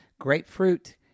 Grapefruit